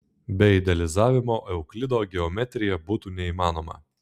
be idealizavimo euklido geometrija būtų neįmanoma